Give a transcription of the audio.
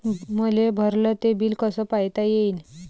मले भरल ते बिल कस पायता येईन?